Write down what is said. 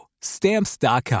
Stamps.com